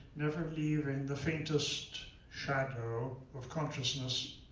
never leaving the faintest shadow of consciousness.